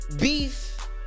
Beef